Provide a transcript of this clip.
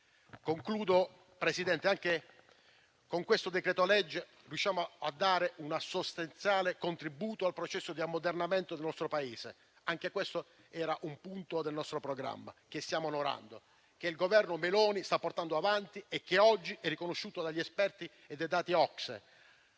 signor Presidente, con questo decreto-legge riusciamo a dare un sostanziale contributo al processo di ammodernamento del nostro Paese. E anche questo era un punto del nostro programma che stiamo onorando, che il Governo Meloni sta portando avanti e che oggi è riconosciuto dagli esperti e dai dati OCSE,